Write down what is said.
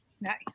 Nice